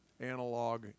analog